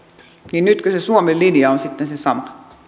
niin nytkö se suomen linja on sitten se sama